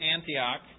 Antioch